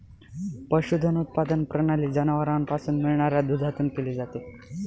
पशुधन उत्पादन प्रणाली जनावरांपासून मिळणाऱ्या दुधातून केली जाते